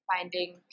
finding